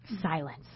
Silence